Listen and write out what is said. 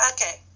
Okay